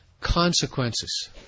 consequences